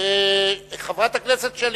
שלי